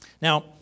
Now